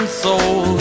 soul